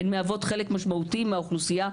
הן מהוות חלק משמעותי מהאוכלוסייה,